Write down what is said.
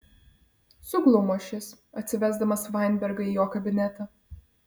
suglumo šis atsivesdamas vainbergą į jo kabinetą